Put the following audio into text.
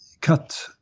cut